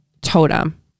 totem